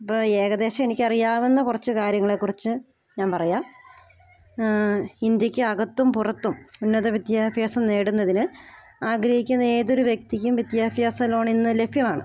ഇപ്പം ഏകദേശം എനിക്ക് അറിയാവുന്ന കുറച്ച് കാര്യങ്ങളെ കുറിച്ച് ഞാൻ പറയാം ഇന്ത്യയ്ക്ക് അകത്തും പുറത്തും ഉന്നത വിദ്യാഭ്യാസം നേടുന്നതിന് ആഗ്രഹിക്കുന്ന ഏതൊരു വ്യക്തിക്കും വിദ്യാഭ്യാസ ലോണിന്ന് ലഭ്യമാണ്